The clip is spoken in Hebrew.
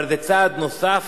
אבל זה צעד נוסף